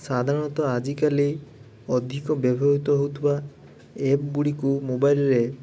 ସାଧାରଣତଃ ଆଜିକାଲି ଅଧିକ ବ୍ୟବହୃତ ହେଉଥିବା ଆପ୍ ଗୁଡ଼ିକୁ ମୋବାଇଲରେ